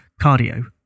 cardio